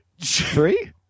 three